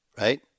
right